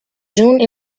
june